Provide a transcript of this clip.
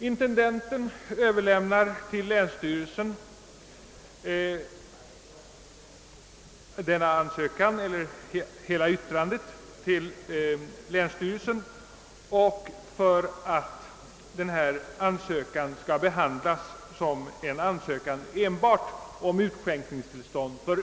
Intendenten överlämnade sedan hela ärendet till länsstyrelsen för att ansökan skulle behandlas som om den enbart gällde utskänkningstillstånd för öl.